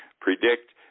predict